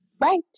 Right